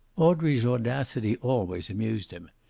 audrey's audacity always amused him.